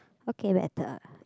okay better